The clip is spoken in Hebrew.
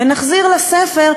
ונחזיר לספר,